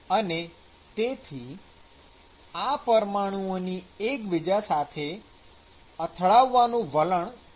અને તેથી આ પરમાણુઓની એકબીજા સાથે અથડાવાનું વલણ ખૂબ જ વધારે હોય છે